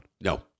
No